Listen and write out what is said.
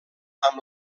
amb